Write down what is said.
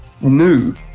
new